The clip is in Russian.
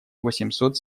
восемьсот